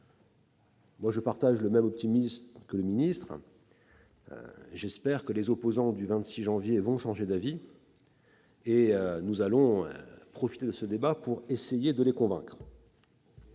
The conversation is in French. Je partage le même optimisme que M. le ministre : j'espère que les opposants du 26 janvier auront changé d'avis. Nous allons profiter du présent débat pour finir de les convaincre.